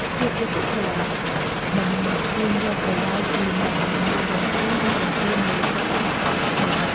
ភាពយុត្តិធម៌ មិនទាញយកប្រយោជន៍ពីអ្នកដែលងាយរងគ្រោះ ឬបំពានលើសិទ្ធិរបស់អតិថិជន។